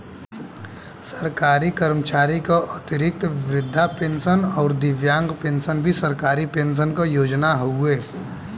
सरकारी कर्मचारी क अतिरिक्त वृद्धा पेंशन आउर दिव्यांग पेंशन भी सरकारी पेंशन क योजना हउवे